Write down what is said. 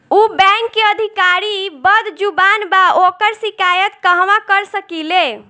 उ बैंक के अधिकारी बद्जुबान बा ओकर शिकायत कहवाँ कर सकी ले